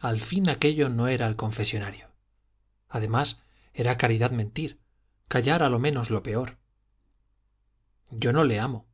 al fin aquello no era el confesonario además era caridad mentir callar a lo menos lo peor yo no le amo